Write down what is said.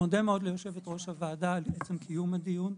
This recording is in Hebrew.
ליושבת ראש הוועדה על עצם קיום הדיון.